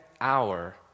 hour